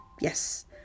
Yes